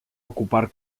ocupar